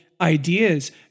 ideas